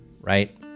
right